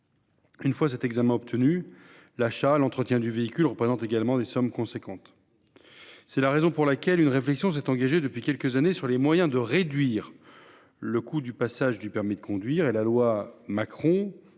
une fois l'examen obtenu, l'achat et l'entretien du véhicule représentent également des sommes importantes. C'est la raison pour laquelle une réflexion a été engagée depuis quelques années sur les moyens de réduire le coût du passage du permis de conduire. La loi du